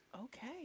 Okay